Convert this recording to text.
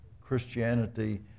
Christianity